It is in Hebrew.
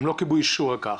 ולא קיבלו אישור לכך.